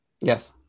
Yes